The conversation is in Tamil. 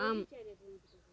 ஆம்